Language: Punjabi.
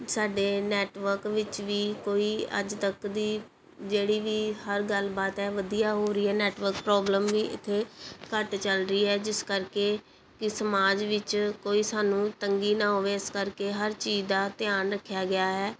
ਸਾਡੇ ਨੈਟਵਰਕ ਵਿੱਚ ਵੀ ਕੋਈ ਅੱਜ ਤੱਕ ਦੀ ਜਿਹੜੀ ਵੀ ਹਰ ਗੱਲਬਾਤ ਹੈ ਵਧੀਆ ਹੋ ਰਹੀ ਹੈ ਨੈਟਵਰਕ ਪ੍ਰੋਬਲਮ ਵੀ ਇੱਥੇ ਘੱਟ ਚੱਲ ਰਹੀ ਹੈ ਜਿਸ ਕਰਕੇ ਕਿ ਸਮਾਜ ਵਿੱਚ ਕੋਈ ਸਾਨੂੰ ਤੰਗੀ ਨਾ ਹੋਵੇ ਇਸ ਕਰਕੇ ਹਰ ਚੀਜ਼ ਦਾ ਧਿਆਨ ਰੱਖਿਆ ਗਿਆ ਹੈ